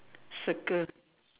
circle